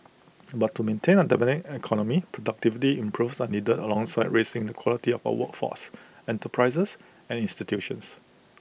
but to maintain A dynamic economy productivity improvements are needed alongside raising the quality of the workforce enterprises and institutions